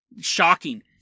Shocking